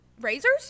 razors